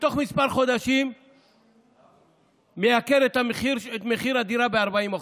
ותוך כמה חודשים יעלה את מחיר הדירה ב-40%.